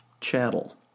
chattel